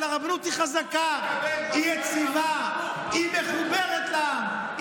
אבל הרבנות היא חזקה, היא יציבה, היא מחוברת לעם.